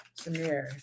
Samir